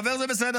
חבר זה בסדר.